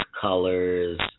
colors